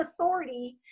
authority